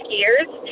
years